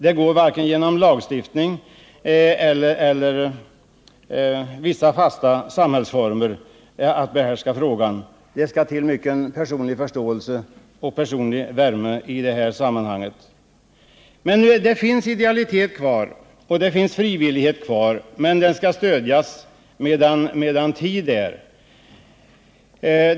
Det går varken genom lagstiftning eller genom vissa fasta samhällsformer. Det behövs mycken personlig förståelse och värme. Det finns emellertid idealitet och frivillighet kvar, men det behövs också ekonomiskt stöd medan tid är.